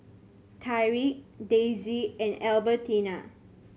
Tyrik Daisie and Albertina